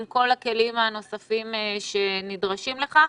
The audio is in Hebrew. עם כל הכלים הנוספים שנדרשים לכך.